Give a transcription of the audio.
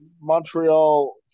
Montreal